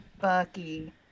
bucky